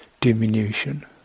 diminution